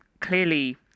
clearly